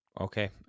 Okay